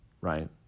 right